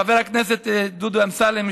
חבר הכנסת דודי אמסלם,